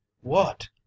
What